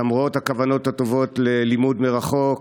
למרות הכוונות הטובות ללימוד מרחוק,